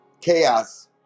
chaos